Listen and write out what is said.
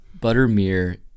Buttermere